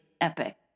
epic